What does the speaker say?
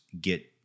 get